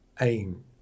aim